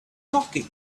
talking